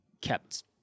kept